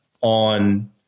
on